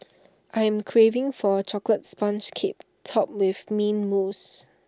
I am craving for A Chocolate Sponge Cake Topped with Mint Mousse